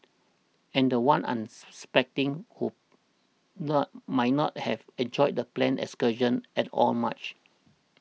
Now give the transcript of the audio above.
and the one unsuspecting who the might not have enjoyed the planned excursion at all much